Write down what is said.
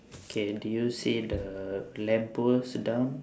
okay do you see the lamp post down